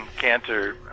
Cancer